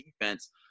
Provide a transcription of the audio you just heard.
defense